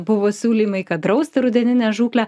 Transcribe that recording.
buvo siūlymai kad drausti rudeninę žūklę